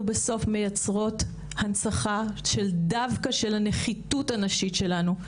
אנחנו בסוף מייצרות דווקא הנצחה של הנחיתות הנשית שלנו.